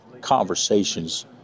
conversations